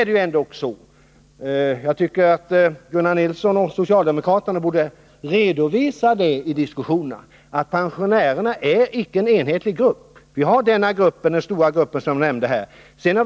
Det innebär ju att den grupp som har de lägsta Besparingar i pensionerna inte får en försämring, utan att den gruppen får en förbätt — statsverksamheten, ring. m.m. (omfatt Sedan är det ändock så — och jag tycker att Gunnar Nilsson och övriga — ningen och inriktsocialdemokrater borde redovisa det i diskussionerna — att pensionärerna — ningen av bespainte är någon enhetlig grupp.